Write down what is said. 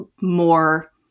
more